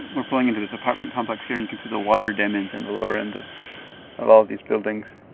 we're pulling into this apartment complex here. you can see the wider damage in the lower end of of all of these buildings